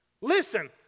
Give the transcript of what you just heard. Listen